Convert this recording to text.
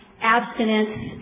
abstinence